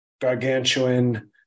Gargantuan